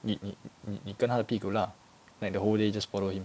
你你你你跟他的屁股 lah like the whole day just follow him